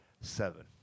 Seven